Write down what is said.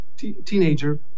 Teenager